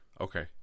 okay